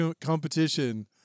competition